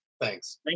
Thanks